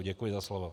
Děkuji za slovo.